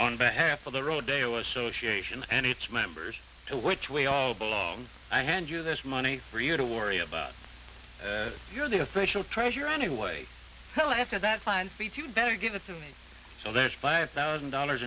on behalf of the road day or so she asian and its members to which we all belong i hand you this money for you to worry about you're the official treasurer anyway so after that fine you better give it to me so there's five thousand dollars